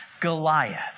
Goliath